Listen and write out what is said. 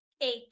eight